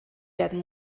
werden